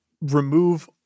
remove